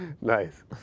Nice